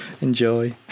enjoy